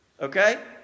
Okay